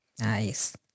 Nice